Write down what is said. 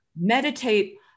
meditate